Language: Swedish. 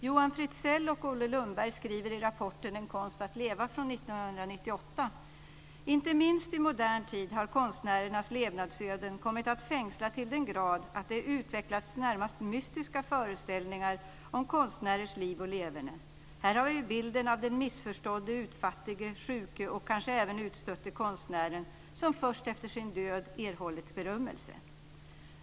Johan Fritzell och Olle Lundberg skriver i rapporten En konst att leva från 1998: "Inte minst i modern tid har konstnärernas levnadsöden kommit att fängsla till den grad att det utvecklats närmast mystiska föreställningar om konstnärers liv och leverne. Här har vi bilden av den missförstådde, utfattige, sjuke och kanske även utstötte konstnären som först efter sin död erhållit berömmelse."